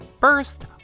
first